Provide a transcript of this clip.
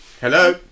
Hello